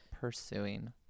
pursuing